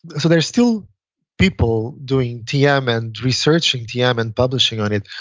so there's still people doing tm, and researching tm, and publishing on it.